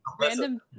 random